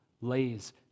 lays